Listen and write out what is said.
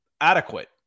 adequate